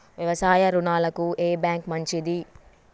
వ్యవసాయ రుణాలకు ఏ బ్యాంక్ మంచిది?